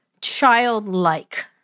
childlike